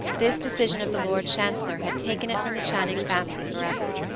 this decision of the lord chancellor had taken it from the channing family for ever.